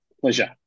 Pleasure